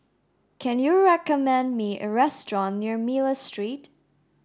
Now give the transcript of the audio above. can you recommend me a restaurant near Miller Street